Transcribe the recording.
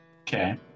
Okay